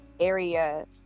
area